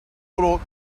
ought